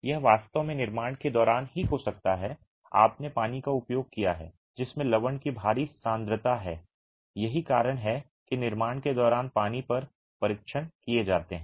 यह वास्तव में निर्माण के दौरान ही हो सकता है आपने पानी का उपयोग किया है जिसमें लवण की भारी सांद्रता है यही कारण है कि निर्माण के दौरान पानी पर परीक्षण किए जाते हैं